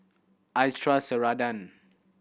I trust Ceradan